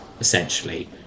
essentially